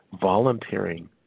volunteering